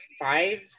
five